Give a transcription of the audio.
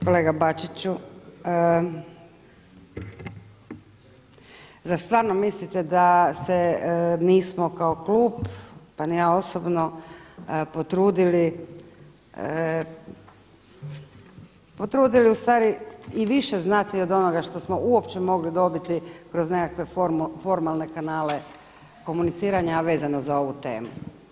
Kolega Bačiću zar stvarno mislite da se nismo kao klub, pa ni ja osobno potrudili, potrudili i ustvari više znati od onoga što smo uopće mogli dobiti kroz nekakve formalne kanale komuniciranja a vezano za ovu temu?